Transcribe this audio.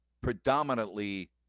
predominantly